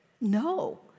No